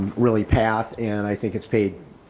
really path and i think it's paid.